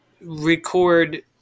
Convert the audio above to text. record